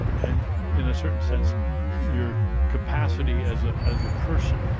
and in a certain sense your capacity as ah as a person,